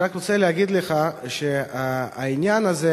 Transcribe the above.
אני רק רוצה להגיד לך שהעניין הזה,